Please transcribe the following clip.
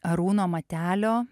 arūno matelio